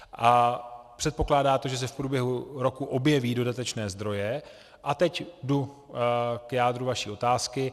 A předpokládá to, že se v průběhu roku objeví dodatečné zdroje a teď jdu k jádru vaší otázky.